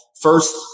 First